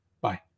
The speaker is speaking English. Bye